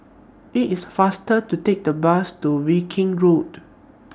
IT IS faster to Take The Bus to Viking Road